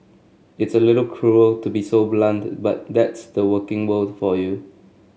it's a little cruel to be so blunt but that's the working world for you